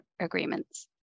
agreements